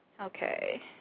Okay